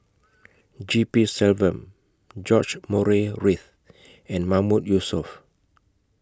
G P Selvam George Murray Reith and Mahmood Yusof